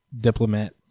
Diplomat